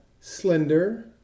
Slender